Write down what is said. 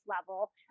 level